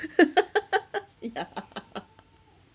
ya